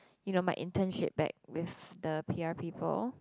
you know my internship back with the peer people